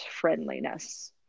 friendliness